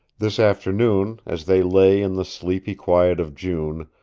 this afternoon, as they lay in the sleepy quiet of june,